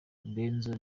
benzo